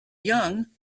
young